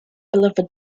beloved